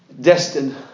Destined